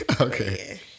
Okay